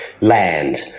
land